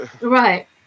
Right